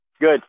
Good